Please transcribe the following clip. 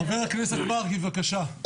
חבר הכנסת מרגי, בקשה.